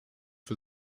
für